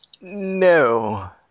No